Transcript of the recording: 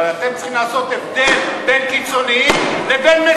אבל אתם צריכים לעשות הבדל בין קיצונים לבין מתונים.